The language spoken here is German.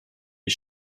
die